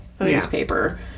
newspaper